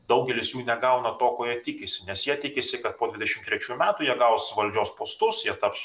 daugelis jų negauna to ko jie tikisi nes jie tikisi kad po dvidešim trečių metų jie gaus valdžios postus jie taps